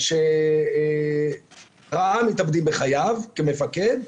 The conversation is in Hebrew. שראה מתאבדים בחייו כמפקד,